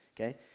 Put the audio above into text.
Okay